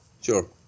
Sure